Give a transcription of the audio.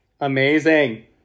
Amazing